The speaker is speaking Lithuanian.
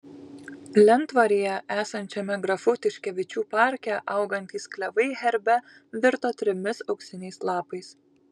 lentvaryje esančiame grafų tiškevičių parke augantys klevai herbe virto trimis auksiniais lapais